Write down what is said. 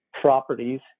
properties